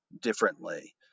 differently